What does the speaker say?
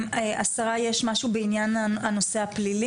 השרה, יש משהו בעניין הנושא הפלילי?